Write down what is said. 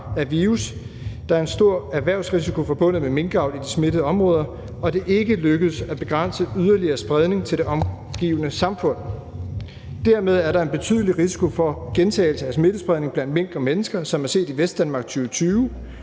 af virus, der er en stor erhvervsrisiko forbundet med minkavl i smittede områder, og det er ikke lykkedes at begrænse yderligere spredning til det omgivende samfund.« Jeg citerer videre: »Dermed er der en betydelig risiko for gentagelse af smittespredning blandt mink og mennesker, som er set i Vestdanmark i 2020.